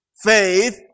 Faith